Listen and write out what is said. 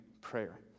prayer